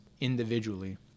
individually